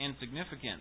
insignificant